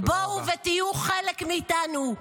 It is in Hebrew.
בואו ותהיו חלק מאיתנו,